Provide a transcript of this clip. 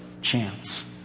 chance